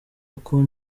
uko